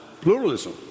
pluralism